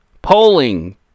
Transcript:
Polling